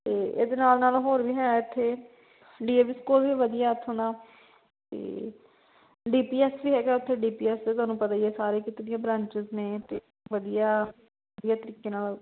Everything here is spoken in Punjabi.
ਅਤੇ ਇਹਦੇ ਨਾਲ ਨਾਲ ਹੋਰ ਵੀ ਹੈ ਇੱਥੇ ਡੀ ਏ ਵੀ ਸਕੂਲ ਵੀ ਵਧੀਆ ਉੱਥੋਂ ਦਾ ਅਤੇ ਡੀ ਪੀ ਐਸ ਵੀ ਹੈਗਾ ਉੱਥੇ ਡੀ ਪੀ ਐਸ ਦੇ ਤੁਹਾਨੂੰ ਪਤਾ ਹੀ ਸਾਰੇ ਕਿਤੇ ਉਹਦੀਆਂ ਬਰਾਂਚਿਸ ਨੇ ਅਤੇ ਵਧੀਆ ਵਧੀਆ ਤਰੀਕੇ ਨਾਲ